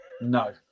No